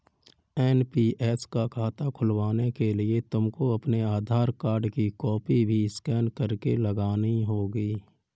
NPS का खाता खुलवाने के लिए तुमको अपने आधार कार्ड की कॉपी भी स्कैन करके लगानी होगी